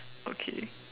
okay